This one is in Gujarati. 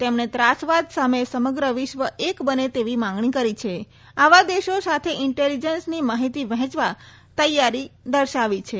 તેમણે ત્રાસવાદ સામે સમગ્ર વિશ્વ એક બને તેવી માગણી કરી છે આવા દેશો સાથે ઇન્ટેલીજન્સની માહિતી વહેંચવા તૈયારી દર્શાવી છે